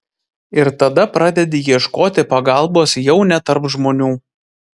ir tada pradedi ieškoti pagalbos jau ne tarp žmonių